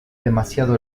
demasiado